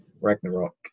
Ragnarok